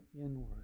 inward